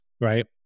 right